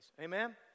Amen